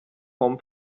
form